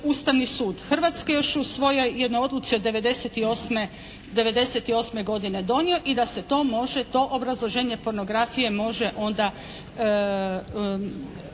Ustavni sud Hrvatske još usvojio u jednoj odluci od '98. godine donio i da se to može, to obrazloženje pornografije može onda